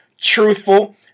truthful